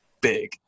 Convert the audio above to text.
big